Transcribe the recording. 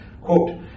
Quote